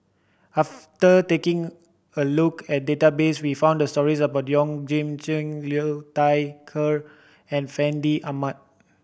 after taking a look at database we found stories about Yeoh Ghim Seng Liu Thai Ker and Fandi Ahmad